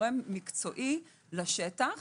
גורם מקצועי לשטח